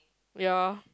ya